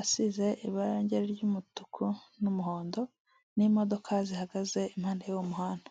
asize irange ry'umutuku n'umuhondo n'imodoka zihagaze impande y'uwo muhanda.